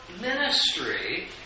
ministry